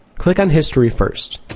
click on history first.